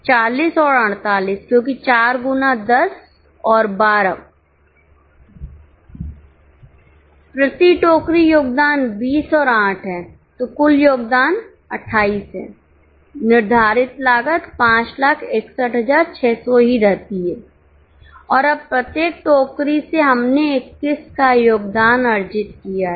40 और 48 क्योंकि 4 गुना 10 और 12 प्रति टोकरी योगदान 20 और 8 है तो कुल योगदान 28 है निर्धारित लागत 561600 ही रहती है और अब प्रत्येक टोकरी से हमने 21 का योगदान अर्जित किया है